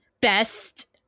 best